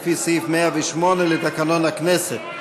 לפי סעיף 108 לתקנון הכנסת.